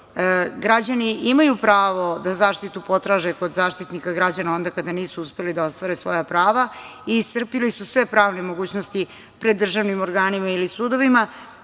prava. Građani imaju pravo da zaštitu potraže kod Zaštitnika građana onda kada nisu uspeli da ostvare svoja prava i iscrpili su sve pravne mogućnosti pred državnim organima ili sudovima.